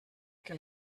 que